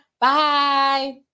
Bye